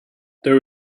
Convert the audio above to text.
there